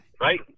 Right